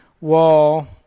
wall